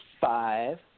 five